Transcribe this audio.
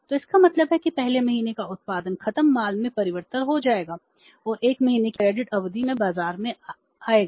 तो इसका मतलब है कि पहले महीने का उत्पादन खत्म माल में परिवर्तित हो जाएगा और 1 महीने की क्रेडिट अवधि में बाजार में जाएगा